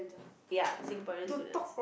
ya Singaporean students